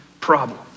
problem